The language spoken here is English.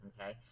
okay